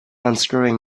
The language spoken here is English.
unscrewing